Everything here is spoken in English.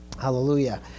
Hallelujah